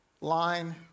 line